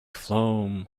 foam